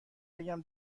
بگم